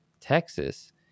Texas